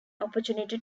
opportunity